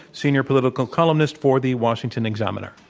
senior political columnist for the washington examiner.